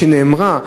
שנאמרה,